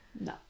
No